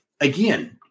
again